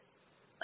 professor G